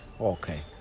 Okay